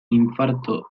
infartu